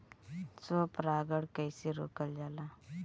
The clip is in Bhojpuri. स्व परागण कइसे रोकल जाला?